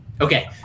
Okay